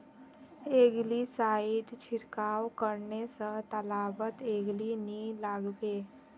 algae side छिड़काव करने स तालाबत एलगी नी लागबे